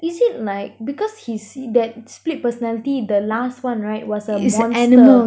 is it like because his that split personality the last one right was a monster